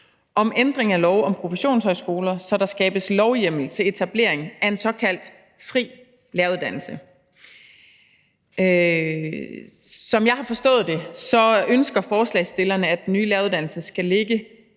om ændring af lov om professionshøjskoler, så der skabes lovhjemmel til etablering af en såkaldt fri læreruddannelse. Som jeg har forstået det, ønsker forslagsstillerne, at den nye læreruddannelse skal ligge